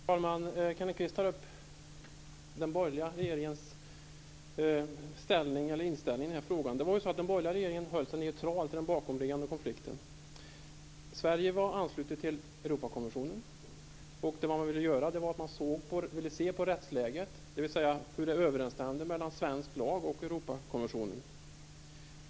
Fru talman! Kenneth Kvist tar upp den borgerliga regeringens inställning i frågan. Men det var så att den borgerliga regeringen förhöll sig neutral till den bakomliggande konflikten. Sverige var anslutet till Europakonventionen och man ville se på rättsläget, dvs. hur det var med överensstämmelsen mellan svensk lag och Europakonventionen.